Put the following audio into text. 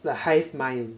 like hive mind